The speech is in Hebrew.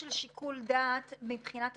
אנחנו בדיון שיוצא מתוך דוח מבקר המדינה